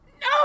No